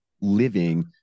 living